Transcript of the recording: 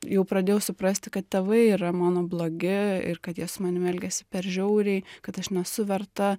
jau pradėjau suprasti kad tėvai yra mano blogi ir kad jie su manim elgiasi per žiauriai kad aš nesu verta